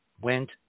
went